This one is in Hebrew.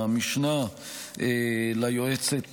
המשנה ליועצת